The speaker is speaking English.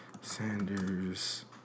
Sanders